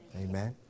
Amen